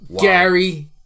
Gary